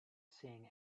seeing